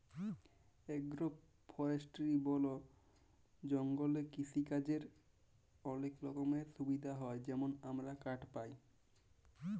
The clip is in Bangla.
এগ্র ফরেস্টিরি বল জঙ্গলে কিসিকাজের অলেক রকমের সুবিধা হ্যয় যেমল আমরা কাঠ পায়